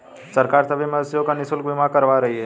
सरकार सभी मवेशियों का निशुल्क बीमा करवा रही है